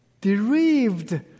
derived